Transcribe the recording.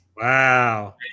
Wow